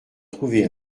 trouver